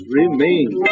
remain